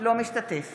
אינו משתתף